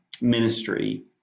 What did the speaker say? ministry